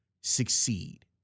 succeed